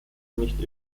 nicht